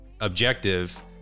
objective